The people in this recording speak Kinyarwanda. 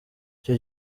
icyo